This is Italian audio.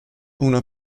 una